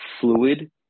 Fluid